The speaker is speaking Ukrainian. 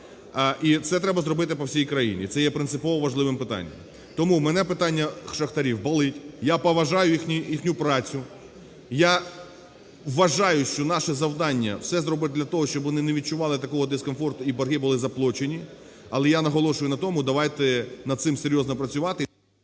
І це треба зробити по всій країні, це є принципово важливим питанням. Тому в мене питання шахтарів болить, я поважаю їхню працю, я вважаю, що наше завдання – все зробити для того, щоби вони не відчували такого дискомфорту і борги були заплачені. Але я наголошую на тому, давайте над цим серйозно працювати.